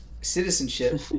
citizenship